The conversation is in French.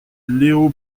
léo